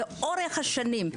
לאורך השנים,